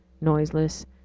noiseless